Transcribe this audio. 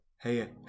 Hey